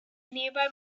nearby